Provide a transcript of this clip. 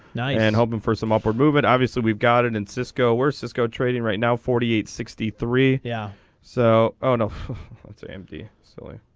nine and hoping for some upward movement obviously we've got it in cisco we're cisco trading right now forty eight sixty three. yeah so ah enough. to empty so